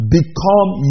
Become